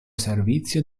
servizio